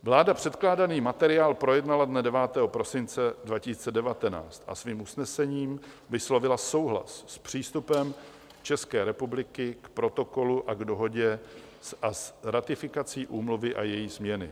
Vláda předkládaný materiál projednala dne 9. prosince 2019 a svým usnesením vyslovila souhlas s přístupem České republiky k Protokolu a k Dohodě a s ratifikací úmluvy a její změny.